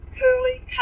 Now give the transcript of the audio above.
Curly